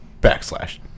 backslash